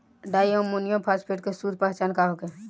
Di ammonium phosphate के शुद्ध पहचान का होखे?